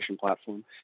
platform